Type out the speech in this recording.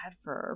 adverb